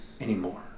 anymore